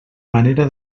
manera